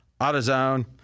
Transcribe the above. AutoZone